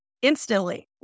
Instantly